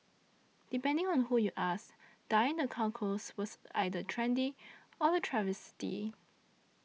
depending on who you ask dyeing the Chow Chows was either trendy or a travesty